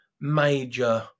major